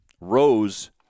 rose